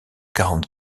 quarante